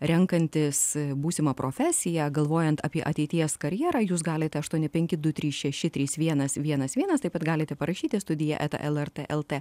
renkantis būsimą profesiją galvojant apie ateities karjerą jūs galite aštuoni penki du trys šeši trys vienas vienas vienas taip pat galite parašyti studija eta lrt lt